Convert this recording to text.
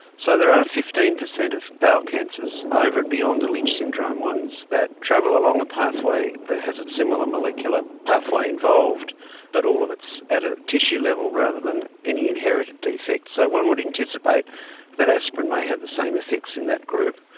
so there are fifteen percent of bowel cancers over and beyond the lynch syndrome ones that travel along a pathway that has a similar molecular pathway involved but all of it is at a tissue level rather than any inherited defects, so one would anticipate that aspirin may have the same effects in that group.